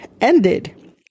ended